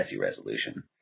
resolution